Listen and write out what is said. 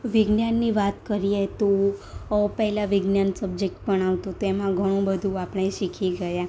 વિજ્ઞાનની વાત કરીએ તો પહેલાં વિજ્ઞાન સબ્જેક્ટ પણ આવતો તેમાં ઘણું બધું આપણે શીખી ગયા